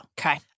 Okay